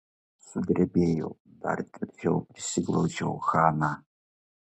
sudrebėjau dar tvirčiau prisiglaudžiau haną